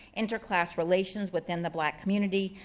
inter class relations within the black community,